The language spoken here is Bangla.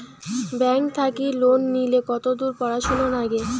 ব্যাংক থাকি লোন নিলে কতদূর পড়াশুনা নাগে?